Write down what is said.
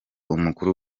umukuru